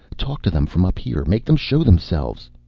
talk to them from up here. make them show themselves.